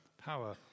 power